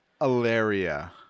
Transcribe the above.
Alaria